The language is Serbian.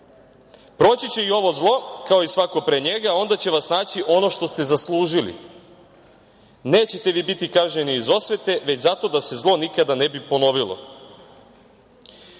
„Proći će i ovo zlo, kao i svako pre njega, a onda će vas naći ono što ste zaslužili. Nećete vi biti kažnjeni iz osvete, već zato da se zlo nikada ne bi ponovilo.“Moja